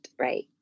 right